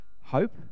Hope